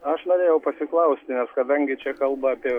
aš norėjau pasiklausti nes kadangi čia kalba apie